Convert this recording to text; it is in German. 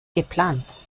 geplant